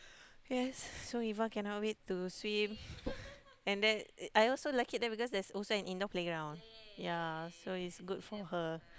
yea so Eva cannot wait to swim and then I also like it there because there is also an indoor playground yea so is good for her